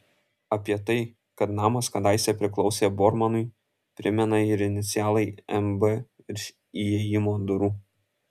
apie tai kad namas kadaise priklausė bormanui primena ir inicialai mb virš įėjimo durų